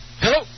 Hello